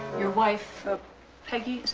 your wife ah peggy